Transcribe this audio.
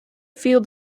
field